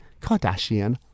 Kardashian